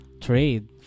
trade